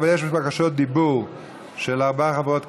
אבל יש בקשות דיבור של ארבע חברות כנסת.